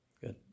Good